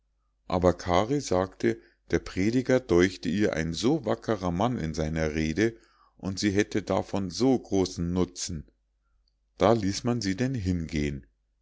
aber kari sagte der prediger däuchte ihr ein so wackerer mann in seiner rede und sie hätte davon so großen nutzen da ließ man sie denn hingehen